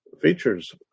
features